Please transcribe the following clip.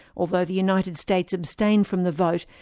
although the united states abstained from the vote,